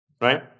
right